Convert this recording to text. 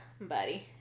Buddy